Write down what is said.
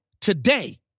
today